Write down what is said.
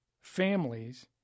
families